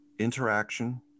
interaction